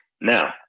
Now